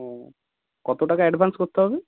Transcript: ও কত টাকা অ্যাডভান্স করতে হবে